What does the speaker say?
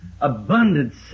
abundance